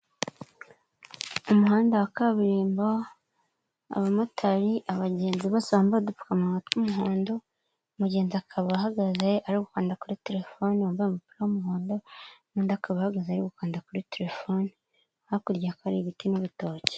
Umuhanda wa kaburimbo abamotari, abagenzi bos bambaye udupfukamunwa tw'umuhondo, umugenzi akaba ahagaze arigukan kuri telefone yambaye umupira w'umuhondo n'undi akaba ahagaze ari gukanda kuri telefone hakurya hakurya hakaba hari ibiti n'ibitoki.